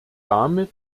damit